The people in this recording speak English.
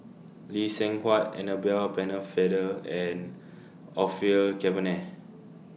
Lee Seng Huat Annabel Pennefather and Orfeur Cavenagh